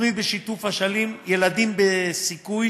התוכנית בשיתוף אשלים, ילדים בסיכוי